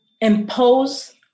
impose